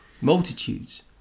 Multitudes